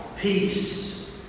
Peace